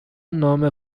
نام